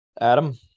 Adam